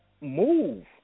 move